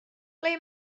ble